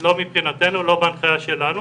לא מבחינתנו, לא בהנחיה שלנו.